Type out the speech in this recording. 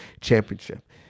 championship